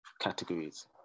categories